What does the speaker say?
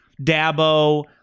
Dabo